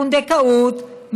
פונדקאות,